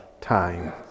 time